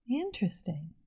Interesting